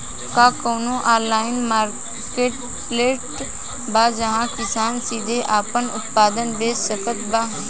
का कउनों online marketplace बा जहां किसान सीधे आपन उत्पाद बेच सकत बा?